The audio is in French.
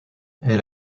elle